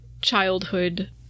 childhood